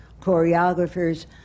choreographers